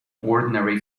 ordinary